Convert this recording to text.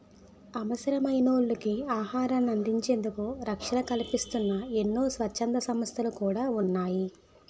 అవసరమైనోళ్ళకి ఆహారాన్ని అందించేందుకు రక్షణ కల్పిస్తూన్న ఎన్నో స్వచ్ఛంద సంస్థలు కూడా ఉన్నాయి